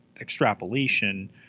extrapolation